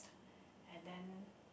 and then